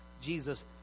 Jesus